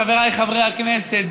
חבריי חברי הכנסת,